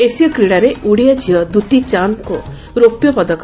ଏସୀୟ କ୍ରୀଡ଼ାରେ ଓଡ଼ିଆ ଝିଅ ଦୂତୀ ଚାନ୍ଦ୍କୁ ରୌପ୍ୟ ପଦକ